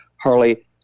Harley